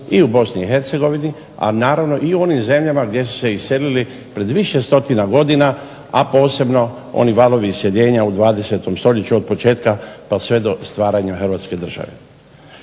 i u BiH a naravno i u onim zemljama gdje su se iselili pred više stotina godina, a posebno oni valovi iseljenja u 20. Stoljeću od početka pa sve do stvaranja Hrvatske države.